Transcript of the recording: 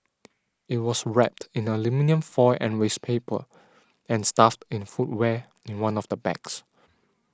it was wrapped in aluminium foil and waste paper and stuffed in footwear in one of the bags